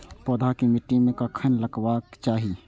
पौधा के मिट्टी में कखेन लगबाके चाहि?